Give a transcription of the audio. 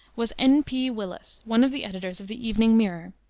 was n. p. willis, one of the editors of the evening mirror,